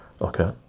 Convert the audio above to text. okay